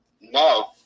no